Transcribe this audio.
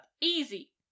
Easy